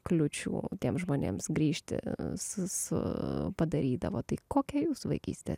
kliūčių tiem žmonėms grįžti su su padarydavo tai kokia jųs vaikystę